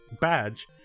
badge